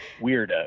weirdo